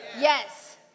Yes